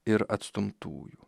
ir atstumtųjų